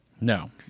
No